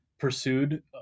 pursued